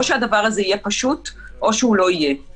או שהדבר הזה יהיה פשוט או שהוא פשוט לא יהיה.